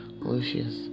Lucius